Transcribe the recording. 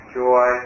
joy